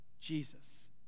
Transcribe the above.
Jesus